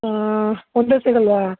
ಹಾಂ ಒಂದೇ ಸಿಗೋಲ್ವಾ